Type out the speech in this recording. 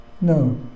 No